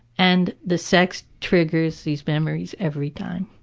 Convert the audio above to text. and the sex triggers these memories every time.